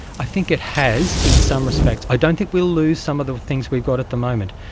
i think it has in some respects. i don't think we will lose some of the things we've got at the moment.